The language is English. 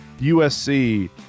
USC